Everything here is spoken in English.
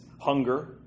Hunger